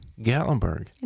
Gatlinburg